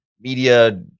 media